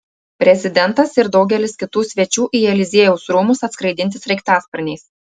prezidentas ir daugelis kitų svečių į eliziejaus rūmus atskraidinti sraigtasparniais